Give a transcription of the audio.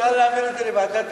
אפשר להעביר את זה לוועדת הכנסת,